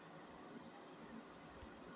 పత్తి కి ఏ ఎరువులు వాడాలి?